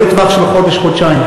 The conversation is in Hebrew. לא בטווח של חודש-חודשיים.